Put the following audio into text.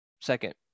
second